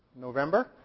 November